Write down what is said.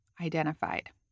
identified